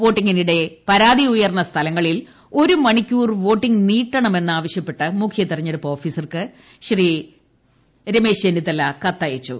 വോട്ടിങിനിടെ പരാതി ഉയർന്ന സ്ഥലങ്ങളിൽ ഒരു മണിക്കൂർ വോട്ടിങ് നീട്ടണമെന്ന് ആവശ്യപ്പെട്ട് മുഖ്യതെരഞ്ഞെടുപ്പ് ഓഫീസർക്ക് ചെന്നിത്തല കത്തയച്ചു